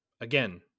Again